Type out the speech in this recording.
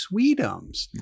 Sweetums